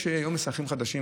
יש היום מסכים חדשים,